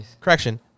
correction